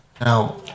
Now